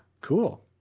cool